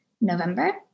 November